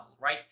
Right